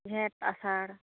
ᱡᱷᱮᱴ ᱟᱥᱟᱲ